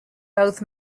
both